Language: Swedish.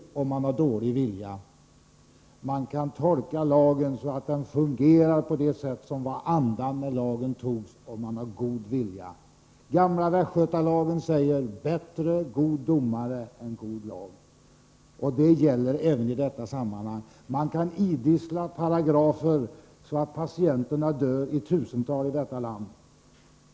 Man kan, om man har god vilja, tolka lagen så att den fungerar i enlighet med andan när lagen togs. I gamla västgötalagen står det att god domare är bättre än god lag. Det gäller även i detta sammanhang. Man kan idissla paragrafer så att patienterna dör i tusental i detta land.